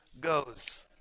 goes